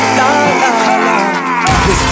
love